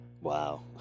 Wow